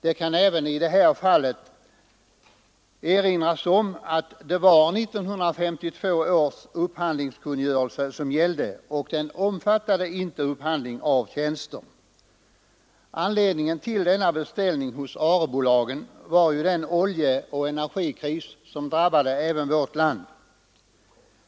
Det kan även i detta fall erinras om att det var 1952 års upphandlingskungörelse som gällde, och den omfattade inte upphandling av tjänster. Anledningen till denna beställning hos ARE-bolagen var ju den oljeoch energikris som drabbat även vårt land.